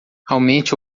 aumente